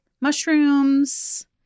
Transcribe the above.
mushrooms